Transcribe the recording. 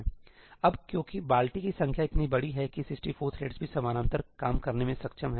अब क्योंकि बाल्टी की संख्या इतनी बड़ी है कि 64 थ्रेड्स भी समानांतर काम करने में सक्षम हैं